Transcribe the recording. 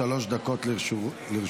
שלוש דקות לרשותך.